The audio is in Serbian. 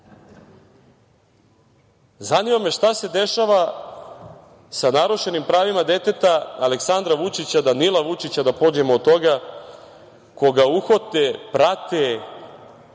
Zanima me šta se dešava sa narušenim pravima deteta Aleksandra Vučića, Danila Vučića, da pođemo od toga, koga uhode, prate,